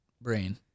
brain